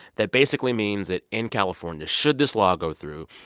that basically means that in california, should this law go through,